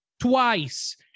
twice